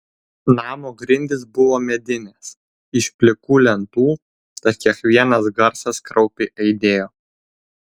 namo grindys buvo medinės iš plikų lentų tad kiekvienas garsas kraupiai aidėjo